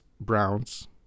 Browns